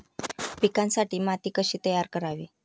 पिकांसाठी माती कशी तयार करावी?